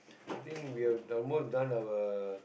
I think we have done almost done our